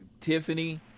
Tiffany